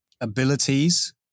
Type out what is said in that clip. abilities